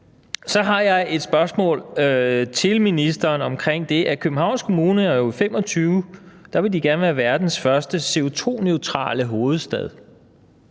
Så har jeg et spørgsmål til ministeren om det, at Københavns Kommune i 2025 gerne vil være verdens første CO2-neutrale hovedstad